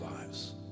lives